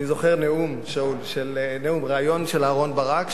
אני זוכר ריאיון עם אהרן ברק,